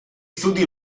studi